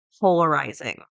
polarizing